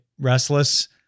Restless